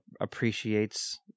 appreciates